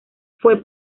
fue